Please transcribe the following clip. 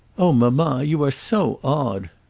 oh, mamma, you are so odd.